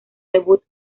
debut